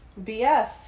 BS